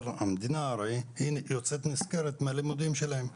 המדינה יוצאת נשכרת מהלימודים שלהם.